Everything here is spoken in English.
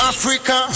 Africa